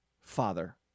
Father